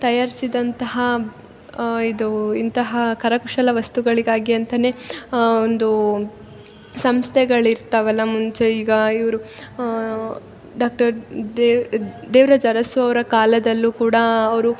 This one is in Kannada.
ತಯಾರ್ಸಿದಂತಹ ಇದು ಇಂತಹಾ ಕರಕುಶಲ ವಸ್ತುಗಳಿಗಾಗಿಯೆ ಅಂತನೆ ಒಂದು ಸಂಸ್ತೆಗಳು ಇರ್ತಾವಲ್ಲ ಮುಂಚೆ ಈಗ ಇವರು ಡಾಕ್ಟರ್ ದೇವ ದೇವ್ರಾಜ್ ಅರಸು ಅವರ ಕಾಲದಲ್ಲು ಕೂಡ ಅವರು